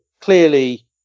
clearly